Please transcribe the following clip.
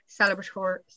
celebratory